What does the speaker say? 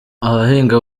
abahinga